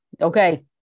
Okay